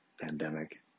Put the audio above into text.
pandemic